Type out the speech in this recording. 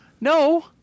No